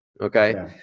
okay